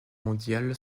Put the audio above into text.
mondiale